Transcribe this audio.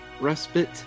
respite